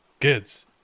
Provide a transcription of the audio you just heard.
kids